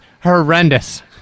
horrendous